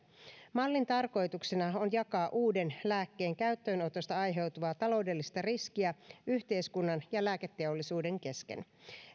mallin tarkoituksena on jakaa uuden lääkkeen käyttöönotosta aiheutuvaa taloudellista riskiä yhteiskunnan ja lääketeollisuuden kesken